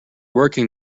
working